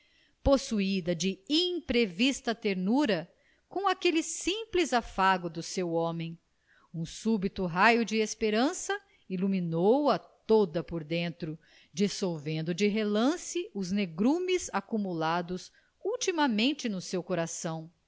possuída de imprevista ternura com aquele simples afago do seu homem um súbito raio de esperança iluminou a toda por dentro dissolvendo de relance os negrumes acumulados ultimamente no seu coração